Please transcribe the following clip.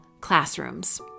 classrooms